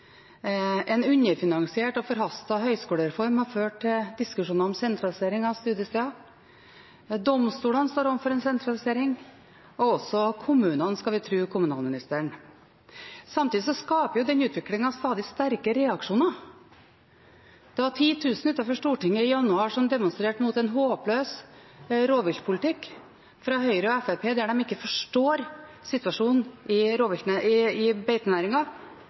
En underfinansiert og forhastet høyskolereform har ført til diskusjoner om sentralisering av studiesteder. Domstolene står overfor en sentralisering, og også kommunene, skal vi tro kommunalministeren. Samtidig skaper denne utviklingen stadig sterke reaksjoner. Det var 10 000 utenfor Stortinget i januar som demonstrerte mot en håpløs rovviltpolitikk fra Høyre og Fremskrittspartiet der de ikke forstår situasjonen i beitenæringen. Det var 7 000 som demonstrerte i